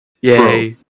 Yay